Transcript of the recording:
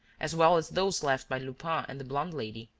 as well as those left by lupin and the blonde lady,